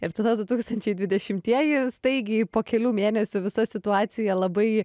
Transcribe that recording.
ir tada du tūkstančiai dvidešimtieji staigiai po kelių mėnesių visa situacija labai